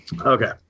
Okay